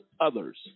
others